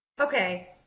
okay